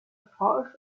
proche